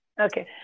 okay